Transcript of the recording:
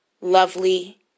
lovely